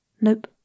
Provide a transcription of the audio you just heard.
Nope